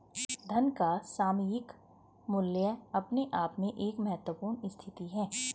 धन का सामयिक मूल्य अपने आप में एक महत्वपूर्ण स्थिति है